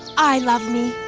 i love me.